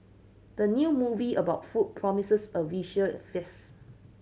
the new movie about food promises a visual feast